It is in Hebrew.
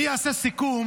אני אעשה סיכום